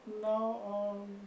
Now